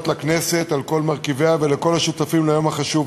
אל הסביבה ואל מחזור הטבע באופן בלתי אמצעי.